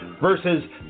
versus